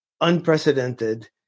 unprecedented